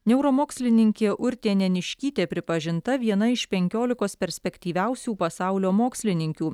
neuromokslininkė urtė neniškytė pripažinta viena iš penkiolikos perspektyviausių pasaulio mokslininkių